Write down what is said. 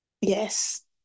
Yes